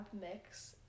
mix